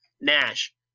Nash